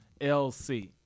LC